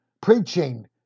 preaching